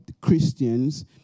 Christians